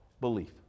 belief